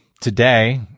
today